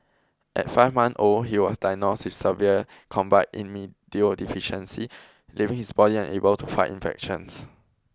at five months old he was diagnosed with severe combined immunodeficiency leaving his body unable to fight infections